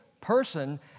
person